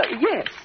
Yes